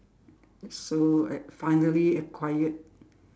so I finally acquired